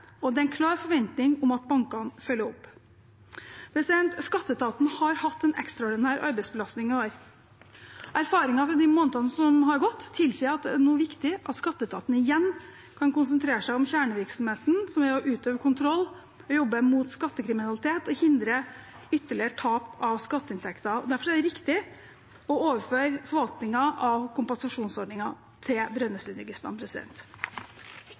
og det er en klar forventning om at bankene følger opp. Skatteetaten har hatt en ekstraordinær arbeidsbelastning i år. Erfaringen fra de månedene som har gått, tilsier at det nå er viktig at skatteetaten igjen kan konsentrere seg om kjernevirksomheten, som er å utøve kontroll og jobbe mot skattekriminalitet og hindre ytterligere tap av skatteinntekter. Derfor er det riktig å overføre forvaltningen av kompensasjonsordningen til